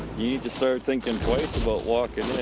need to start thinking twice about walking